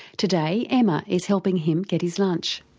today, emma is helping him get his lunch.